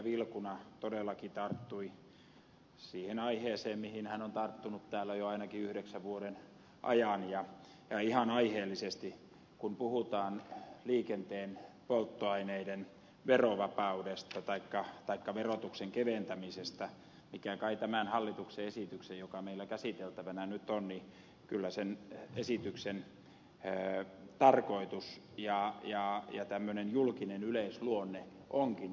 vilkuna todellakin tarttui siihen aiheeseen mihin hän on tarttunut täällä jo ainakin yhdeksän vuoden ajan ja ihan aiheellisesti kun puhutaan liikenteen polttoaineiden verovapaudesta taikka verotuksen keventämisestä joka kai tämän hallituksen esityksen joka meillä käsiteltävänä nyt on tarkoitus ja tämmöinen julkinen yleisluonne onkin